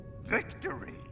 Victory